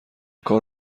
کار